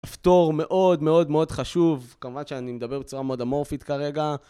אפתור מאוד מאוד מאוד חשוב, כמובן שאני מדבר בצורה מאוד אמורפית כרגע.